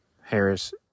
harris